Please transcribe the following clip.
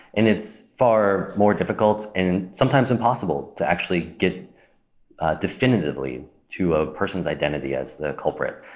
and it's far more difficult, and sometimes impossible to actually get definitively to a person's identity as the culprit.